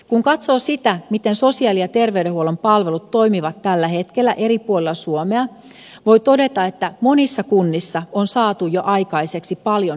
kun katsoo sitä miten sosiaali ja terveydenhuollon palvelut toimivat tällä hetkellä eri puolilla suomea voi todeta että monissa kunnissa on saatu aikaiseksi jo paljon hyvää